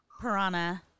Piranha